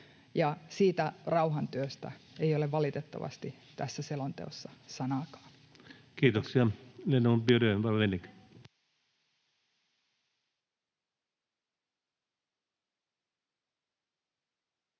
siitä rauhantyöstä ei ole valitettavasti tässä selonteossa sanaakaan. [Pia